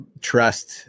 Trust